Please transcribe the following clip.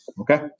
okay